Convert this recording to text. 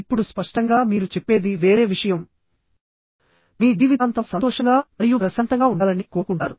ఇప్పుడు స్పష్టంగా మీరు చెప్పేది వేరే విషయం మీ జీవితాంతం సంతోషంగా మరియు ప్రశాంతంగా ఉండాలని కోరుకుంటారు